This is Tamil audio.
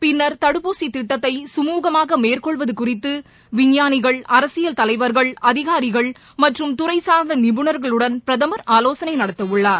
பின்னர் தடுப்பூசி திட்டத்தை சுமூகமாக மேற்கொள்வது குறித்து விஞ்ஞானிகள் அரசியல் தலைவர்கள் அதிகாரிகள் மற்றும் துறை சார்ந்த நிபுணர்களுடன் பிரதமர் ஆலோசனை நடத்தவுள்ளார்